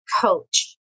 coach